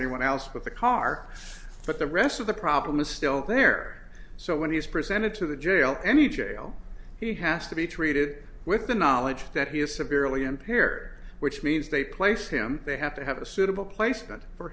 anyone else with the car but the rest of the problem is still there so when he's presented to the jail any jail he has to be treated with the knowledge that he is severely impaired which means they place him they have to have a suitable placement for